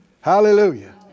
Hallelujah